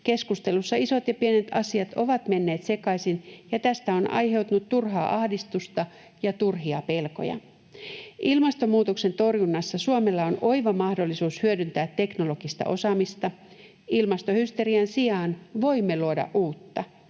Keskustelussa isot ja pienet asiat ovat menneet sekaisin, ja tästä on aiheutunut turhaa ahdistusta ja turhia pelkoja. Ilmastonmuutoksen torjunnassa Suomella on oiva mahdollisuus hyödyntää teknologista osaamistaan. Ilmastohysterian sijaan voimme luoda uutta.